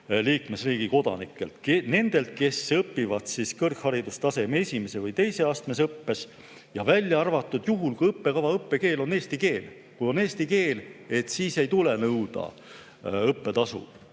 liikmesriigi kodanikelt. [Tasu nõutakse] nendelt, kes õpivad kõrgharidustaseme esimese või teise astme õppes, välja arvatud juhul, kui õppekava õppekeel on eesti keel. Kui on eesti keel, siis ei tule nõuda õppetasu,